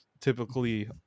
typically